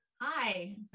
Hi